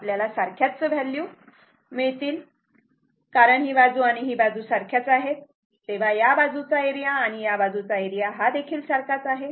आपल्याला सारख्याच व्हॅल्यू मिळतील कारण ही बाजू आणि ही बाजू सारख्याच आहेत तेव्हा या बाजूचा एरिया आणि या बाजूचा एरिया हा देखील सारखाच आहे